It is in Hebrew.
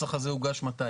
הנוסח הזה הוגש מתי?